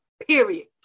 Period